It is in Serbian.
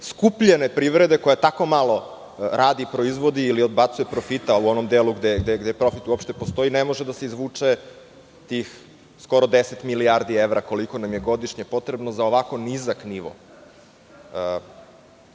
skupljene privrede, koja tako malo radi, proizvodi ili odbacuje profita u onom delu gde profit uopšte postoji, ne može da se izvuče tih skoro 10 milijardi evra, koliko nam je godišnje potrebno za ovako nizak nivo